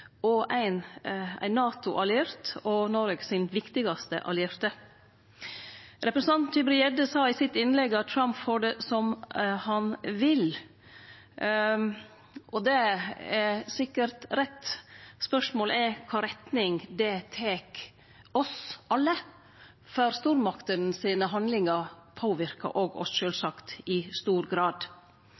ein NATO-alliert og Noregs viktigaste allierte. Representanten Tybring-Gjedde sa i innlegget sitt at Trump får det som han vil, og det er sikkert rett. Spørsmålet er i kva retning det tek oss alle, for handlingane til stormaktene påverkar sjølvsagt også oss i stor grad.